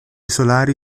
solari